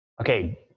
Okay